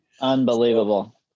Unbelievable